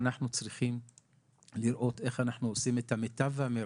שאנחנו צריכים לראות איך אנחנו עושים את המיטב והמירב,